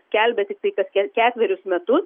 skelbia tiktai kas ke ketverius metus